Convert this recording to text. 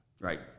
Right